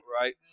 Right